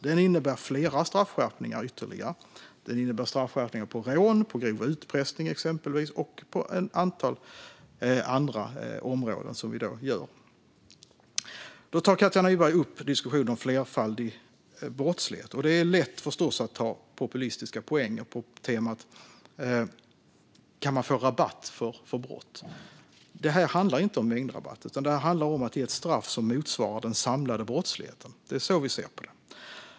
Det innehåller ytterligare straffskärpningar, exempelvis för rån, grov utpressning och ett antal andra brott. Katja Nyberg tar upp diskussionen om flerfaldig brottslighet. Det är förstås lätt att ta populistiska poänger på temat "Kan man få rabatt för brott?". Det här handlar inte om mängdrabatt, utan det handlar om att ge ett straff som motsvarar den samlade brottsligheten.